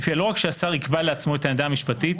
לפיה לא רק שהשר יקבע לעצמו את העמדה המשפטית,